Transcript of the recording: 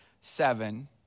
seven